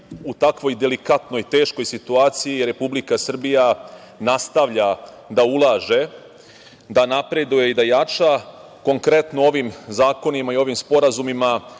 u takvoj delikatnoj teškoj situaciji Republika Srbija nastavlja da ulaže, da napreduje i da jača konkretno ovim zakonima i ovim sporazumima